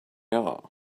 are